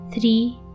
three